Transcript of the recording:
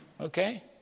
okay